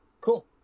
Cool